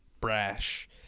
brash